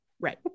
right